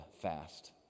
fast